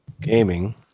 gaming